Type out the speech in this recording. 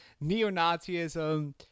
neo-Nazism